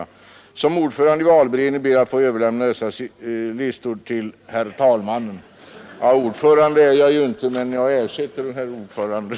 Som företrädare för valberedningen ber jag att få överlämna dessa listor till herr talmannen.